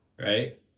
right